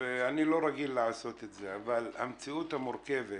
המציאות המורכבת